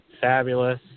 fabulous